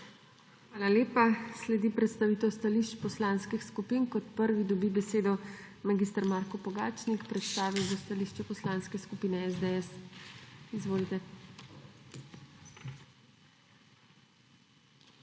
Hvala lepa. Sledi predstavitev stališč poslanskih skupin. Kot prvi dobi besedo mag. Marko Pogačnik. Predstavil bo stališče Poslanske skupine SDS. Izvolite.